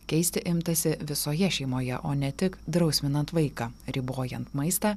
keisti imtasi visoje šeimoje o ne tik drausminant vaiką ribojant maistą